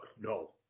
no